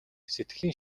сэтгэлийн